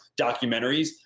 documentaries